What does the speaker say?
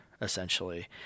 essentially